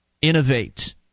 Innovate